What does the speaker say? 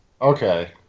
Okay